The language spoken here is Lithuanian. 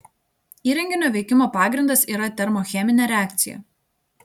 įrenginio veikimo pagrindas yra termocheminė reakcija